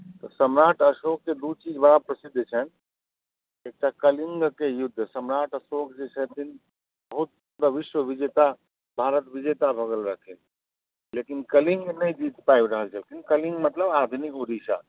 तऽ सम्राट अशोकके दू चीज बड़ा प्रसिद्ध छैन्ह एकटा कलिंगके युद्ध सम्राट अशोक जे छथिन बहुत पूरा विश्व विजेता भारत विजेता भऽ गेल रहथिन लेकिन कलिंग नहि जीत पाबि रहल छलखिन कलिंग मतलब आधुनिक उड़ीसा